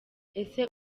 ese